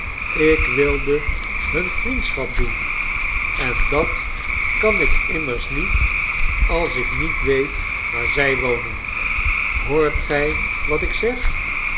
ik wilde hun vriendschap doen en dat kan ik immers niet als ik niet weet waar zij wonen hoort gij wat ik zeg